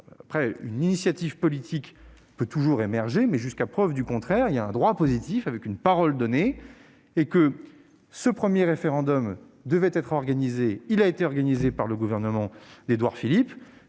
Certes, une initiative politique peut toujours émerger, mais jusqu'à preuve du contraire, le droit positif prévaut et parole a été donnée. Le premier référendum devait être organisé et il l'a été par le gouvernement d'Édouard Philippe.